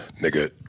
nigga